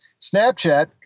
Snapchat